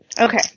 Okay